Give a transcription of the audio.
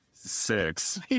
Six